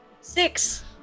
six